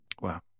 Wow